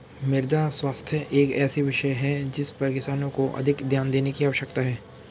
मृदा स्वास्थ्य एक ऐसा विषय है जिस पर किसानों को अधिक ध्यान देने की आवश्यकता है